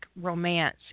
romance